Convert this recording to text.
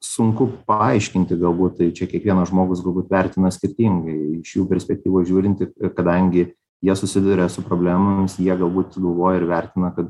sunku paaiškinti galbūt tai čia kiekvienas žmogus galbūt vertina skirtingai iš jų perspektyvos žiūrint ir kadangi jie susiduria su problemomis jie galbūt galvoja ir vertina kad